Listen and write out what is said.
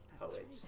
poet